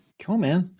cool, man,